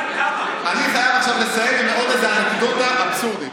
אני חייב עכשיו לסיים עם עוד איזה אנקדוטה אבסורדית.